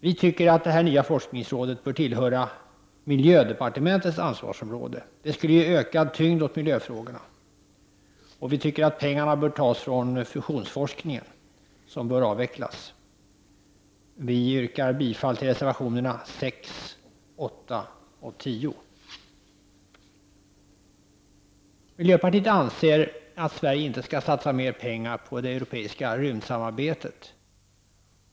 Vi anser att detta nya forskningsråd bör inordnas inom miljödepartementets ansvarsområde. Det skulle ge ökad tyngd åt miljöfrågorna. Pengarna bör tas från fusionsforskningen, vilken bör avvecklas. Jag yrkar bifall till reservationerna 6, 8 och 10. Miljöpartiet anser att Sverige inte skall satsa mer pengar på det europeiska rymdsamarbetet.